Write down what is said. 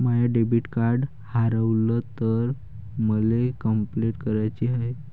माय debit card हारवल तर मले कंपलेंट कराची हाय